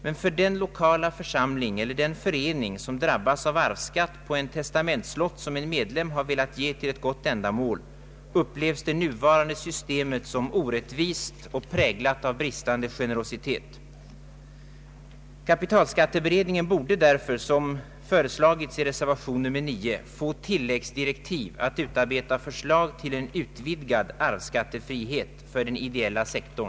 Men av den lokala församling eller förening, som drabbas av arvsskatt på en testamentslott som en medlem velat ge till ett gott ändamål, upplevs det nuvarande systemet som orättvist och präglat av bristande generositet. Kapitalskatteberedningen borde därför — som föreslagits i reservation nr